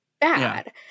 bad